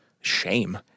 shame